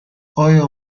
ایا